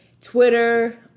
Twitter